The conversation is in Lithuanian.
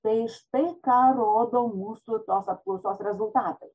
tai štai ką rodo mūsų tos apklausos rezultatai